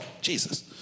Jesus